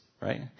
right